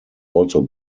also